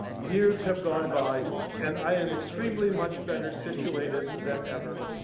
years have gone by and i am extremely much better situated than ever.